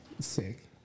Sick